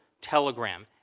Telegram